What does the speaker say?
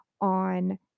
on